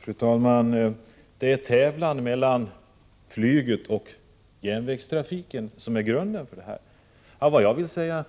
Fru talman! Det är tävlan mellan flyget och järnvägstrafiken som är grunden till den dåliga jämlikheten